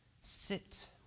Sit